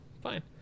fine